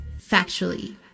Factually